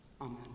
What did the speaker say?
Amen